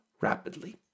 rapidly